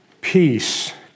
peace